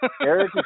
Eric